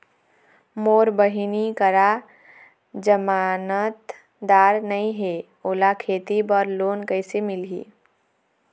मोर बहिनी करा जमानतदार नई हे, ओला खेती बर लोन कइसे मिलही?